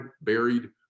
buried